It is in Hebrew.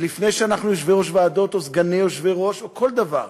לפני שאנחנו יושבי-ראש ועדות או סגני יושבי-ראש או כל דבר.